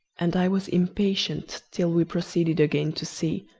and i was impatient till we proceeded again to sea,